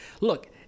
look